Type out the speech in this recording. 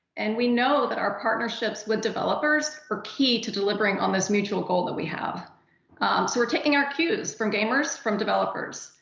and we know that our partnerships with developers are key to delivering on this mutual goal that we have. so we're taking our cues from gamers, from developers.